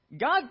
God